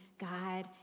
God